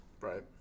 right